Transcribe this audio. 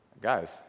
Guys